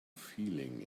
feeling